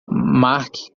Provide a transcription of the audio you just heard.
mark